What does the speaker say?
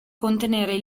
contenere